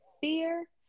fear